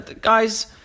guys